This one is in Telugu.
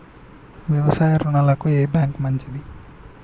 వ్యవసాయ రుణాలకు ఏ బ్యాంక్ మంచిది?